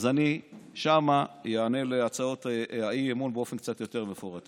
אז אני שם אענה על הצעות האי-אמון באופן קצת יותר מפורט.